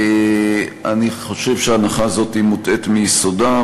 אני חושב שההנחה הזאת מוטעית מיסודה,